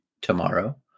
tomorrow